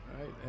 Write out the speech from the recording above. right